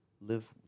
live